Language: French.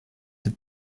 être